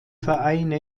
vereine